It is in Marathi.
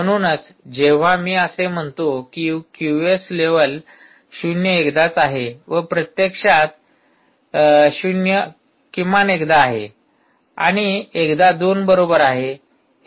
म्हणूनच जेव्हा मी असे म्हणतो की क्यूओएस लेव्हल ० एकदाच आहे व प्रत्यक्षात ० किमान एकदा आहे आणि एकदा २ बरोबर आहे